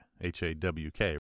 H-A-W-K